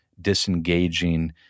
disengaging